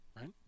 Right